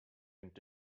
and